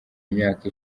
imyaka